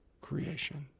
creation